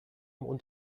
und